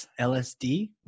LSD